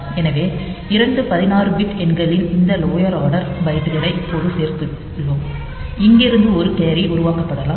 எனவே இரண்டு 16 பிட் எண்களின் இந்த லோயர் ஆர்டர் பைட்களை இப்போது சேர்த்துள்ளோம் இங்கிருந்து ஒரு கேரி உருவாக்கப்படலாம்